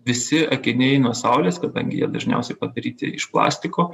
visi akiniai nuo saulės kadangi jie dažniausiai padaryti iš plastiko